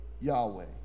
Yahweh